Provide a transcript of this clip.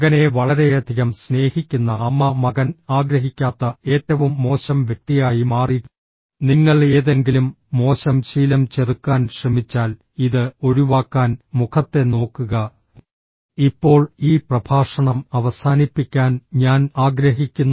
മകനെ വളരെയധികം സ്നേഹിക്കുന്ന അമ്മ മകൻ ആഗ്രഹിക്കാത്ത ഏറ്റവും മോശം വ്യക്തിയായി മാറി നിങ്ങൾ ഏതെങ്കിലും മോശം ശീലം ചെറുക്കാൻ ശ്രമിച്ചാൽ ഇത് ഒഴിവാക്കാൻ മുഖത്തെ നോക്കുക ഇപ്പോൾ ഈ പ്രഭാഷണം അവസാനിപ്പിക്കാൻ ഞാൻ ആഗ്രഹിക്കുന്നു